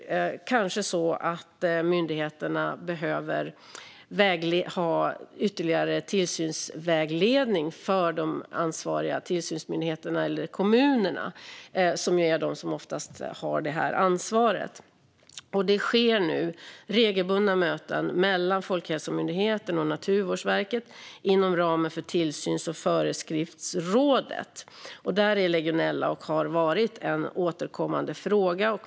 Kanske kan det behövas ytterligare tillsynsvägledning för de ansvariga tillsynsmyndigheterna eller kommunerna, som är de som oftast har detta ansvar. Det sker nu regelbundna möten mellan Folkhälsomyndigheten och Naturvårdsverket inom ramen för Tillsyns och föreskriftsrådet. Där är legionella, och har varit, en återkommande fråga.